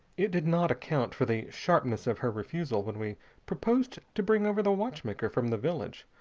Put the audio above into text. it did not account for the sharpness of her refusal when we proposed to bring over the watchmaker from the village,